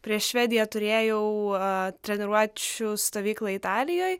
prieš švediją turėjau treniruočių stovyklą italijoje